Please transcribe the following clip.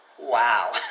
wow